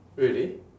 really